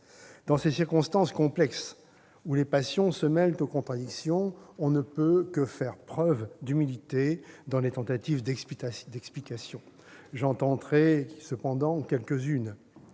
Dans ces circonstances complexes où les passions se mêlent aux contradictions, on ne peut que faire preuve d'humilité dans la recherche d'explications. J'en tenterai cependant quelques-unes.